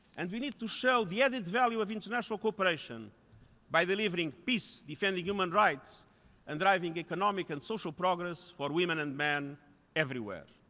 and we need to show the added value of international cooperation by delivering peace, defending human rights and driving economic and social progress for women and men everywhere.